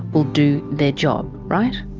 will do their job, right?